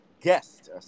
guest